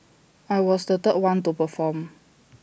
I was the third one to perform